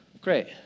Great